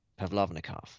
Pavlovnikov